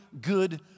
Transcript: good